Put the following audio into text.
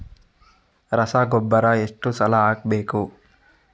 ರಸಗೊಬ್ಬರ ಎಷ್ಟು ಸಲ ಹಾಕಬೇಕು?